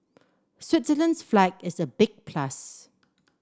Switzerland's flag is a big plus